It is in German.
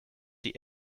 die